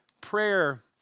prayer